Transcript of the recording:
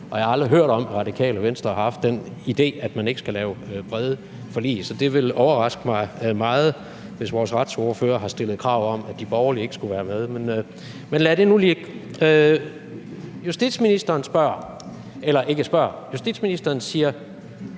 jeg har aldrig hørt om, at Radikale Venstre har haft den idé, at man ikke skal lave brede forlig. Så det ville overraske mig meget, hvis vores retsordfører har stillet krav om, at de borgerlige ikke skulle være med. Men lad det nu ligge. Justitsministeren siger politi og anklagemyndighed.